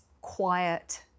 quiet